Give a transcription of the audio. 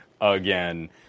again